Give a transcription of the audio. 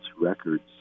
Records